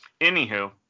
anywho